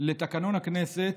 לתקנון הכנסת.